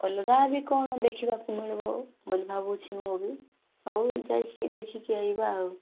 ଅଲଗା ବି କ'ଣ ଦେଖିବାକୁ ମିଳିବ ବୋଲି ଭାବୁଛି ମୁଁ ବି ଆଉ ଯାଇକି ଦେଖିକି ଆସିବା ଆଉ